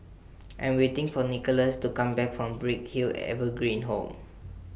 I'm waiting For Nicolas to Come Back from Bright Hill Evergreen Home